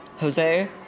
Jose